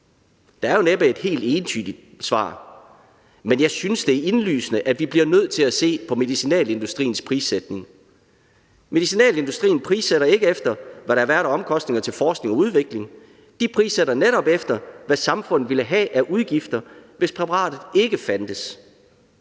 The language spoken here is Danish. Der er jo næppe et helt entydigt svar. Men jeg synes, det er indlysende, at vi bliver nødt til at se på medicinalindustriens prissætning. Medicinalindustrien prissætter ikke efter, hvad der har været af omkostninger til forskning og udvikling. De prissætter netop efter, hvad samfundet ville have af udgifter, hvis præparatet ikke fandtes.